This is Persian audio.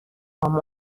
آنها